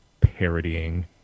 parodying